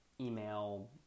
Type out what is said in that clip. email